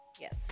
Yes